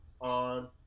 on